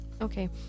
Okay